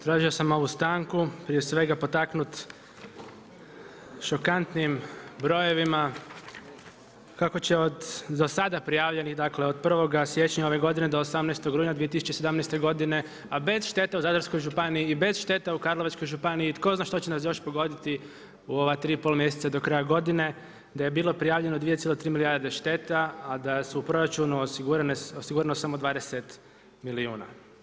Tražio sam ovu stanku prije svega potaknut šokantnim brojevima kako će od za sada prijavljenih dakle od 1. siječnja ove godine do 18. rujna 2017. godine, a bez štete u Zadarskoj županiji i bez štete u Karlovačkoj županiji i tko zna šta će nas još pogoditi u ova tri i pol mjeseca do kraja godine da je bilo prijavljeno 2,3 milijarde šteta, a da su u proračunu osigurane samo 20 milijuna.